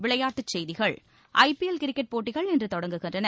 விளையாட்டுச் செய்திகள் IPL cricket போட்டிகள் இன்று தொடங்குகின்றன